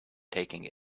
taking